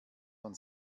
man